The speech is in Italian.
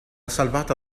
salvata